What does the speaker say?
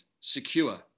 secure